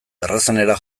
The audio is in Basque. errazenera